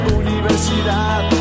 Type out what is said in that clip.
universidad